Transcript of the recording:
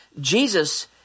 Jesus